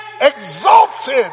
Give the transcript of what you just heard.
exalted